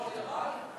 הדואר ירד?